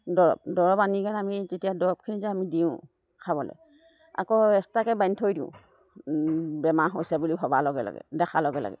দৰৱ দৰৱ আনি পেনে আমি তেতিয়া দৰৱখিনি যে আমি দিওঁ খাবলৈ আকৌ এক্সট্ৰাকৈ বান্ধি থৈ দিওঁ বেমাৰ হৈছে বুলি ভবাৰ লগে লগে দেখাৰ লগে লগে